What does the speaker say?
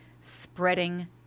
spreading